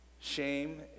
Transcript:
Shame